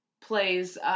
plays